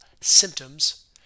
symptoms